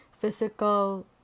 physical